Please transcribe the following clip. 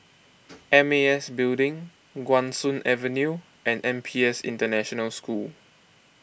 M A S Building Guan Soon Avenue and N P S International School